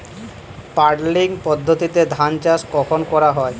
Puddling পদ্ধতিতে ধান চাষ কখন করা হয়?